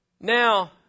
Now